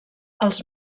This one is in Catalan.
els